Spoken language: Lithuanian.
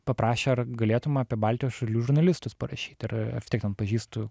paprašė ar galėtum apie baltijos šalių žurnalistus parašyt ir aš vis tiek ten pažįstu